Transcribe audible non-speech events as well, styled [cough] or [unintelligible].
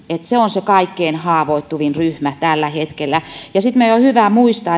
se on se kaikkein haavoittuvin ryhmä tällä hetkellä sitten meidän on hyvä muistaa [unintelligible]